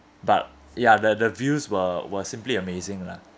but ya the the views were were simply amazing lah